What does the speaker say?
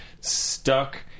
stuck